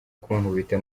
gukubitwa